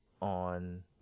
on